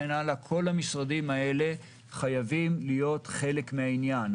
כל המשרדים האלה חייבים להיות חלק מהעניין.